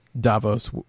Davos